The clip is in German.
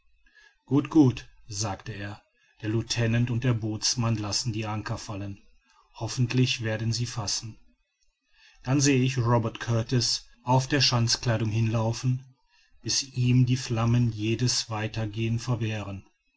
gut gut sagte er der lieutenant und der bootsmann lassen die anker fallen hoffentlich werden sie fassen dann sehe ich robert kurtis auf der schanzkleidung hinlaufen bis ihm die flammen jedes weitergehen verwehren